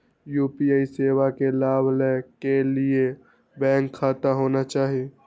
UPI सेवा के लाभ लै के लिए बैंक खाता होना चाहि?